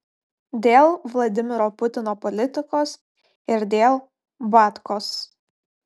dėl vladimiro putino politikos ir dėl batkos